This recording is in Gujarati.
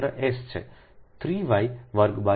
3 y વર્ગ બાદ 3 y વત્તા ૧ ની બરાબર છે